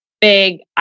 big